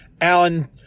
Alan